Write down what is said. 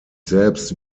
selbst